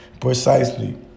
precisely